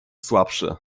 słabszy